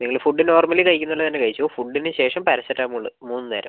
നിങ്ങൾ food normally കഴിക്കുന്നത് പോലെ തന്നെ കഴിച്ചോ ഫുഡിന് ശേഷം പാരസെറ്റാമോൾ മൂന്ന് നേരം